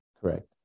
Correct